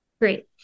Great